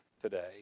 today